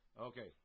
Okay